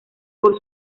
por